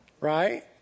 right